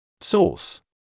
Source